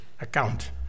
account